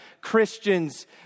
Christians